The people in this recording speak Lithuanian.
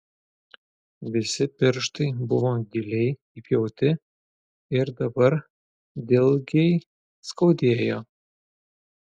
visi pirštai buvo giliai įpjauti ir dabar dilgiai skaudėjo